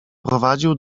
prowadził